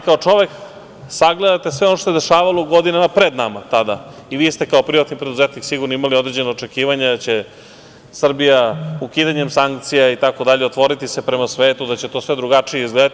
Kao čovek sagledate sve ono što se dešavala u godinama pred nama tada i vi ste kao privatni preduzetnik sigurno imali određena očekivanja da će Srbija ukidanjem sankcija itd. otvoriti se prema svetu, da će to sve drugačije izgledati.